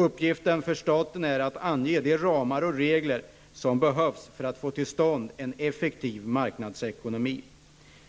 Uppgiften för staten är att ange de ramar och regler som behövs för att få till stånd en effektiv marknadsekonomi.